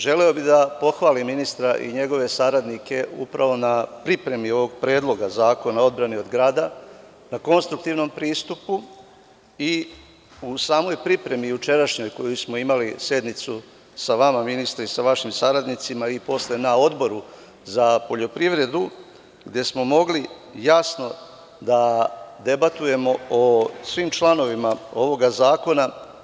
Želeo bih da pohvalim ministra i njegove saradnike upravo na pripremi ovog Predloga zakona o odbrani od grada, na konstruktivnom pristupu i u samoj pripremi jučerašnjoj, koju smo imali, na sednici sa vama ministre i vašim saradnicima i posle na Odboru za poljoprivredu, gde smo mogli jasno da debatujemo o svim članovima ovog zakona.